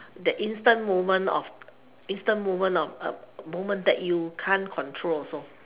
the instant moment of instant moment of moment that you can't control also